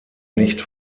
nicht